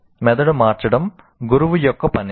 మెదడు మార్చడం గురువు యొక్క పని